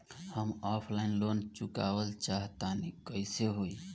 हम offline loan चुकावल चाहऽ तनि कइसे होई?